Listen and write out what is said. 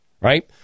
right